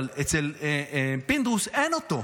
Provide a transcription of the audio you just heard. אבל אצל פינדרוס אין אותו.